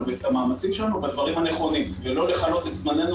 ואת המאמצים שלנו בדברים הנכונים ולא לכלות את זממנו